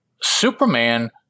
Superman